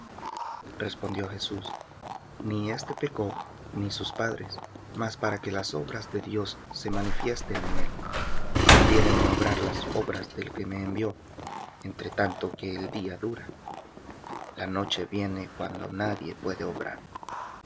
respondió jesús ni éste pecó ni sus padres mas para que las obras de dios se manifiesten en él conviéneme obrar las obras del que me envió entre tanto que el día dura la noche viene cuando nadie puede obrar